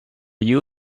you